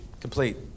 Complete